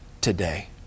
today